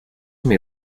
may